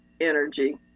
energy